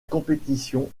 compétition